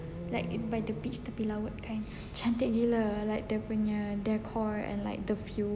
like it by the beach tepi laut kind cantik gila like dia punya deco and like the view